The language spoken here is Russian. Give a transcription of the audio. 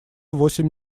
восемь